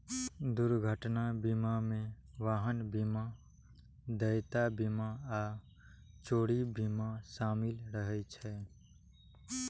दुर्घटना बीमा मे वाहन बीमा, देयता बीमा आ चोरी बीमा शामिल रहै छै